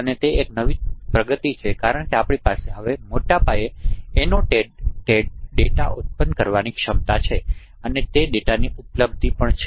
અને તે એક નવી પ્રગતિ છે કારણ કે આપણી પાસે હવે મોટા પાયે એનોટેટેડ ડેટા ઉત્પન્ન કરવાની ક્ષમતા છે અને તે ડેટાની ઉપલબ્ધી પણ છે